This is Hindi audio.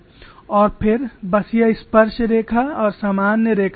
और फिर बस यह स्पर्शरेखा और सामान्य रेखा रखो